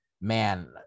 man